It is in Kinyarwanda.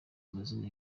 amazina